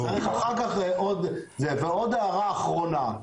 ועוד הערה אחרונה,